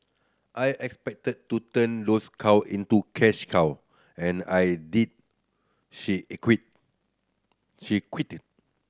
I expected to turn those cow into cash cow and I did she she quipped